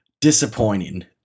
disappointing